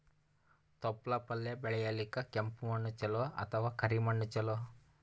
ತೊಪ್ಲಪಲ್ಯ ಬೆಳೆಯಲಿಕ ಕೆಂಪು ಮಣ್ಣು ಚಲೋ ಅಥವ ಕರಿ ಮಣ್ಣು ಚಲೋ?